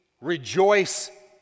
rejoice